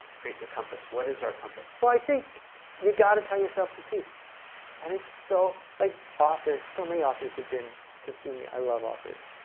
create the compass. what is our compass? well, i think you got to tell yourself the truth and it's so like author so many authors have been to see me i love authors.